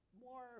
more